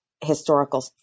historical